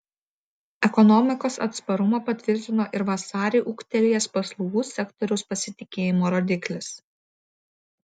ekonomikos atsparumą patvirtino ir vasarį ūgtelėjęs paslaugų sektoriaus pasitikėjimo rodiklis